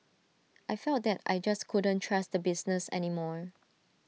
I felt that I just couldn't trust the business any more